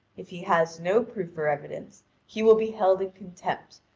if he has no proof or evidence he will be held in contempt,